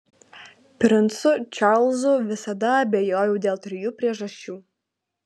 princu čarlzu visada abejojau dėl trijų priežasčių